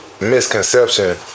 misconception